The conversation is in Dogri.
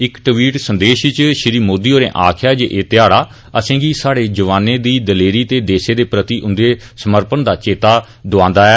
इक ट्वीट् संदेस च श्री मोदी होरें आखेआ जे एह् ध्याड़ा असे'गी स्हाड़े जवानें दी दलेरी ते देसै दे प्रति उंदे समर्पण दा चेत्ता दोआंदा ऐ